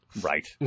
Right